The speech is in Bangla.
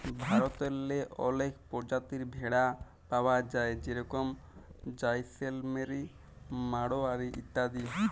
ভারতেল্লে অলেক পরজাতির ভেড়া পাউয়া যায় যেরকম জাইসেলমেরি, মাড়োয়ারি ইত্যাদি